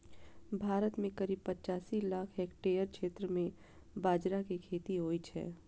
भारत मे करीब पचासी लाख हेक्टेयर क्षेत्र मे बाजरा के खेती होइ छै